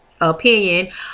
opinion